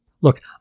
look